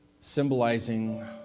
symbolizing